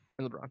LeBron